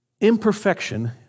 imperfection